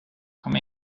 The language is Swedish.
kom